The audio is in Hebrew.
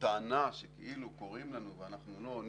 הטענה שכאילו קוראים לנו ואנחנו לא עונים,